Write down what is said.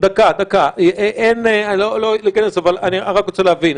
אני רק רוצה להבין,